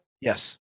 Yes